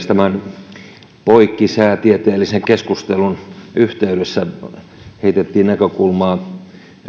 tämän poikkisäätieteellisen keskustelun yhteydessä heitettiin näkökulmaa